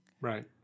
Right